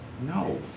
No